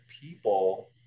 people